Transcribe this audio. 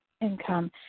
income